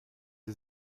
sie